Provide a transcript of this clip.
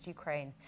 Ukraine